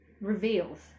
reveals